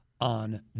on